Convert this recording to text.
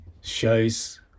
shows